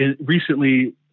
recently